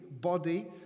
body